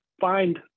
find